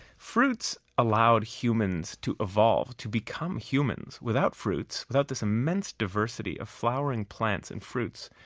fruits allowed humans to evolve, to become humans. without fruits, without this immense diversity of flowering plants and fruits,